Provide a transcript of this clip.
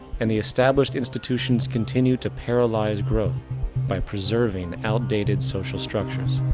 and the established institutions continue to paralyze growth by preserving outdated social structures.